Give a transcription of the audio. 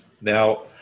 Now